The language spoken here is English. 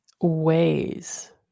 ways